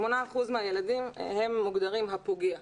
8 אחוזים מהילדים הם מוגדרים הפוגע.